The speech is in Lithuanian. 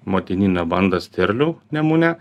motininę bandą sterlių nemune